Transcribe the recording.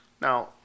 Now